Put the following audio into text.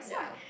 yeah